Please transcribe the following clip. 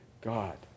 God